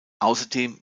außerdem